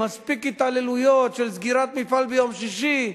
מספיק התעללויות של סגירת מפעל ביום שישי,